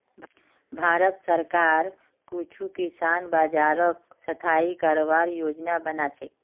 भारत सरकार कुछू किसान बाज़ारक स्थाई करवार योजना बना छेक